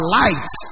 light